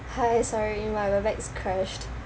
hi sorry my webex crashed